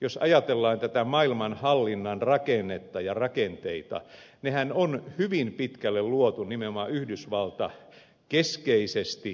jos ajatellaan tätä maailmanhallinnan rakennetta ja rakenteita nehän ovat hyvin pitkälle luotuja nimenomaan yhdysvallat keskeisesti